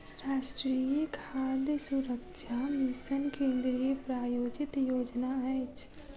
राष्ट्रीय खाद्य सुरक्षा मिशन केंद्रीय प्रायोजित योजना अछि